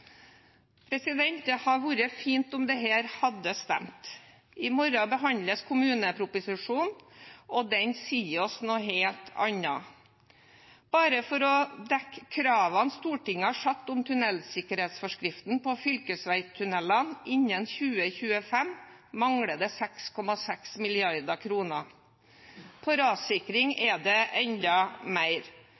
Det hadde vært fint om dette hadde stemt. I morgen behandles kommuneproposisjonen, og den sier oss noe helt annet. Bare for å dekke kravene Stortinget har satt om tunnelsikkerhetsforskriften for fylkesveitunellene innen 2025, mangler det 6,6 mrd. kr. For rassikring er det enda mer.